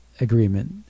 Agreement